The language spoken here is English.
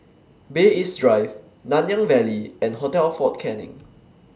Bay East Drive Nanyang Valley and Hotel Fort Canning